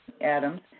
Adams